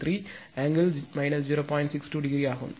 62 ° ஆகும்